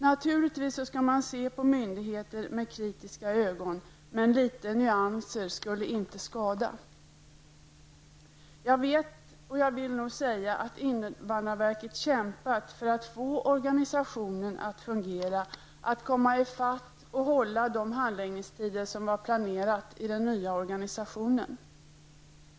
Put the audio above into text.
Naturligtvis skall man se på myndigheter med kritiska ögon, men litet nyans skulle inte skada. Jag vet att indvandrarverket har kämpat för att få organisationen att fungera, att komma ifatt och hålla de handläggningstider som planerats i den nya organisationen.